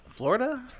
Florida